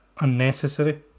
unnecessary